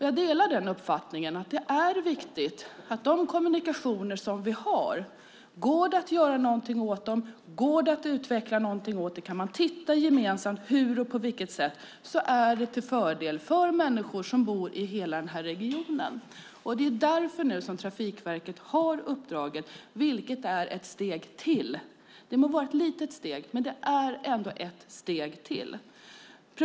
Jag delar uppfattningen att det är viktigt att titta på de kommunikationer som vi har. Går det att göra någonting åt dem? Går det att utveckla dem? Kan man titta gemensamt på hur och på vilket sätt det är till fördel för människor som bor i hela regionen? Det är därför Trafikverket har uppdraget, vilket är ett steg till. Det må vara ett litet steg, men det är ändå ett steg till.